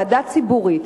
זו ועדה ציבורית